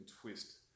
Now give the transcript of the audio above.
twist